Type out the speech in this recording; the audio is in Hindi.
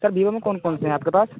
सर वीवो में कौन कौनसे हैं आपके पास